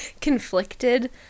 conflicted